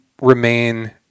remain